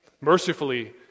Mercifully